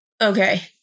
Okay